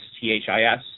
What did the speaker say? T-H-I-S